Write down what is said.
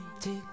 Take